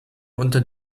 unter